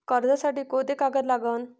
कर्जसाठी कोंते कागद लागन?